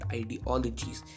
ideologies